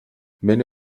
many